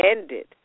ended